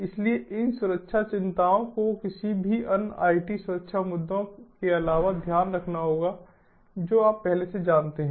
इसलिए इन सुरक्षा चिंताओं को किसी भी अन्य आईटी सुरक्षा मुद्दों के अलावा ध्यान रखना होगा जो आप पहले से जानते हैं